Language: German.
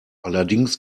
allerdings